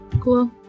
Cool